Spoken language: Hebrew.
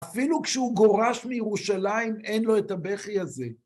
אפילו כשהוא גורש מירושלים, אין לו את הבכי הזה.